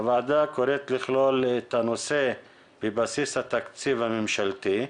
הוועדה קוראת לכלול את הנושא בבסיס התקציב הממשלתי.